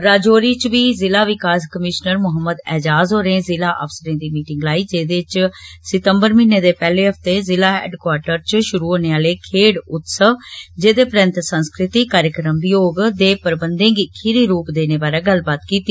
राजौरी च बी जिला विकास कमीश्नर मुहम्मद ऐजाज़ होरें ज़िला अफसरें दी मीटिंग लाई जेहदे च सितम्बर म्हीने दे पैहले हफते ज़िला हैडक्वाटर च शुरु होने आले खेड उत्सव जेहदे परैन्त सांस्कृतिक कार्यक्रम बी होग दे प्रबन्धें गी खीरी रुप देने बारै गल्लबात कीती